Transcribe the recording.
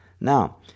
Now